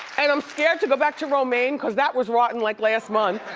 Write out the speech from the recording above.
and i'm scared to go back to romaine cause that was rotten like last month.